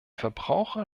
verbraucher